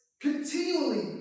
Continually